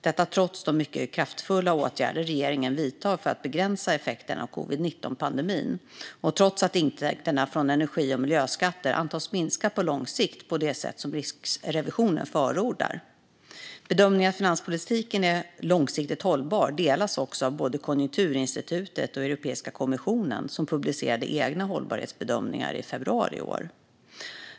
Det gäller trots de mycket kraftfulla åtgärder som regeringen vidtar för att begränsa effekten av covid-19-pandemin och trots att intäkterna från energi och miljöskatter antas minska på lång sikt på det sätt som Riksrevisionen förordar. Bedömningen att finanspolitiken är långsiktigt hållbar delas också av både Konjunkturinstitutet och Europeiska kommissionen. De publicerade egna hållbarhetsbedömningar i februari i år.